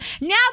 now